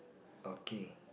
okay